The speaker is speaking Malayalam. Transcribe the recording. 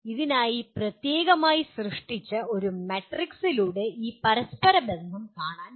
ഇതിനായി പ്രത്യേകമായി സൃഷ്ടിച്ച ഒരു മാട്രിക്സിലൂടെ ഈ പരസ്പരബന്ധം കാണാൻ കഴിയും